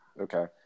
okay